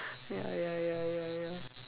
ya ya ya ya ya